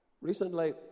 Recently